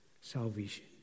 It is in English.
salvation